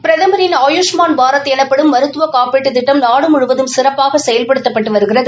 பிரதமின் ஆபூஷ்மான் பாரத் எனப்படும் மருத்துவ காப்பீட்டுத் திட்டம் நாடு முழுவதும் சிறப்பாக செயல்படுத்தப்பட்டு வருகிறது